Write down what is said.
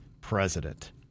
president